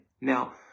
Now